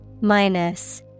Minus